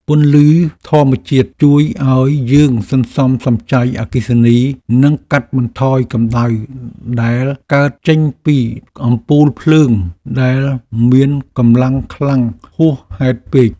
ពន្លឺភ្លើងធម្មជាតិជួយឱ្យយើងសន្សំសំចៃអគ្គិសនីនិងកាត់បន្ថយកម្តៅដែលកើតចេញពីអំពូលភ្លើងដែលមានកម្លាំងខ្លាំងហួសហេតុពេក។